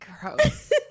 Gross